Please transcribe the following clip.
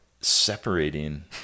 separating